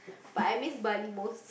but I miss Bali most